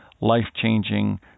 life-changing